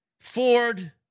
Ford